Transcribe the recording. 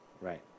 Right